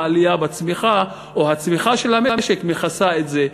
העלייה בצמיחה או הצמיחה של המשק מכסה את זה,